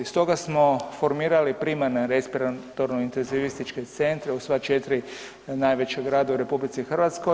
Stoga smo formirali primarne respiratorne intezivističke centre u sva 4 najveća grada u RH.